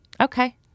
okay